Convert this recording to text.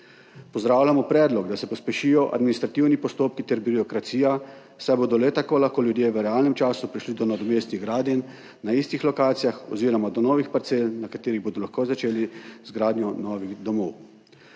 Pozdravljamo predlog, da se pospešijo administrativni postopki ter birokracija, saj bodo le tako lahko ljudje v realnem času prišli do nadomestnih gradenj na istih lokacijah oziroma do novih parcel, na katerih bodo lahko začeli z gradnjo novih domov.